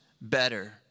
better